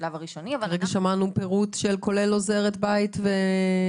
כרגע שמענו פירוט שכולל גם עוזרת בית והסעות.